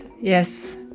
yes